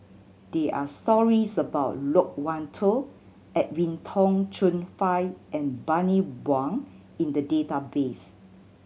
there are stories about Loke Wan Tho Edwin Tong Chun Fai and Bani Buang in the database